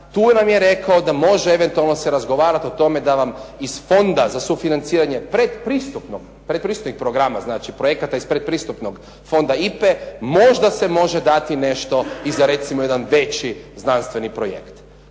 tu nam je rekao da može eventualno se razgovarati o tome da vam iz Fonda za sufinanciranje pretpristupnih programa znači projekata iz pretpristupnog fonda "IPE" možda se može dati nešto i za recimo jedan veći znanstveni projekt.